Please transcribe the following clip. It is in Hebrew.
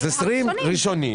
אז 20% הראשונים.